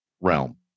realm